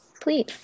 please